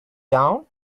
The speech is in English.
down